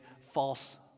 false